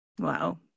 wow